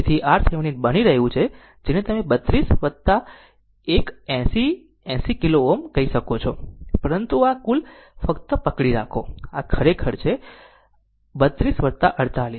તેથી RThevenin બની રહ્યું છે જેને તમે 32 આ એક 80 80 કિલો Ω કહી શકો છો પરંતુ આ કુલ પરંતુ ફક્ત પકડી રાખો આ ખરેખર છે આ ખરેખર છે 32 48